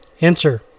Answer